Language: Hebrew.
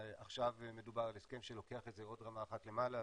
עכשיו מדובר על הסכם שלוקח את זה עוד רמה אחת למעלה.